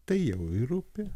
tai jau ir rūpi